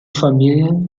familien